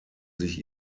sich